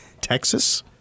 Texas